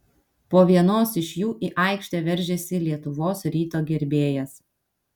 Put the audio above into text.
po vienos iš jų į aikštę veržėsi lietuvos ryto gerbėjas